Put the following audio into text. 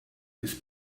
his